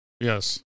Yes